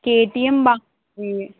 KTM బాగానే ఉంటుంది